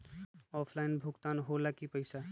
Offline भुगतान हो ला कि पईसा?